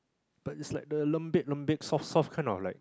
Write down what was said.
but it's like the lembik soft soft kind of like